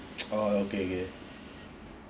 oh okay okay